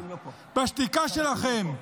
בשתיקה שלכם,